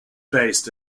based